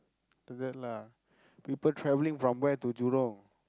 like that lah people travelling from where to Jurong